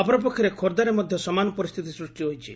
ଅପରପକ୍ଷରେ ଖୋର୍କ୍ଷାରେ ମଧ ସମାନ ପରିସ୍ତୁତି ସୃଷି ହୋଇଛି